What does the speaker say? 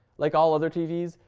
like all other tvs,